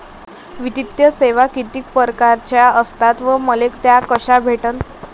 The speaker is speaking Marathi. वित्तीय सेवा कितीक परकारच्या असतात व मले त्या कशा भेटन?